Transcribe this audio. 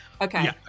Okay